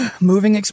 Moving